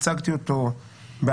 והצגתי אותו בהרחבה.